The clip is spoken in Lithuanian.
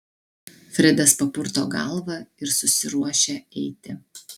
fredas papurto galvą ir susiruošia eiti